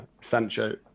Sancho